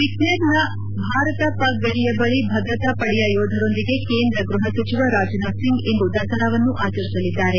ಬಿಕನೇಲ್ನ ಭಾರತ ಪಾಕ್ ಗಡಿಯ ಬಳಿ ಭದ್ರತಾ ಪಡೆಯ ಯೋಧರೊಂದಿಗೆ ಕೇಂದ್ರ ಗೃಹ ಸಚಿವ ರಾಜನಾಥ್ಸಿಂಗ್ ಇಂದು ದಸರಾವನ್ನು ಆಚರಿಸಲಿದ್ದಾರೆ